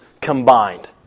combined